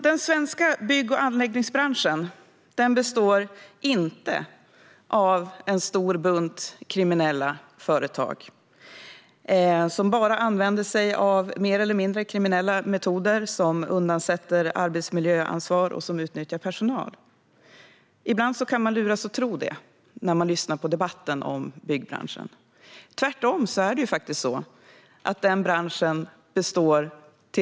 Den svenska bygg och anläggningsbranschen består inte av en stor bunt kriminella företagare som bara använder sig av mer eller mindre kriminella metoder, som åsidosätter arbetsmiljöansvar och som utnyttjar personal. Ibland kan man luras att tro det när man lyssnar på debatten om byggbranschen. Det är faktiskt tvärtom.